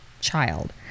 child